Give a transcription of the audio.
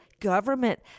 government